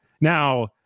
Now